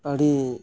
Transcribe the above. ᱟᱹᱰᱤ